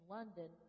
London